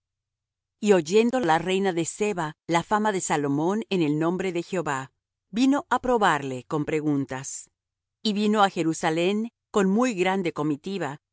y oyendo la reina de seba la fama de salomón en el nombre de jehová vino á probarle con preguntas y vino á jerusalem con muy grande comitiva